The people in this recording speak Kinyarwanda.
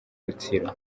rutsiro